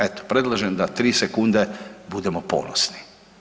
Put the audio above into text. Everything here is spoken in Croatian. Eto, predlažem da 3 sekunde budemo ponosni.